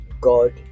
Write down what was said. God